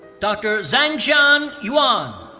dr. zhangxian yuan.